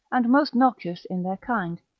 and most noxious in their kind,